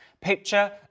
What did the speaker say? Picture